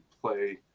play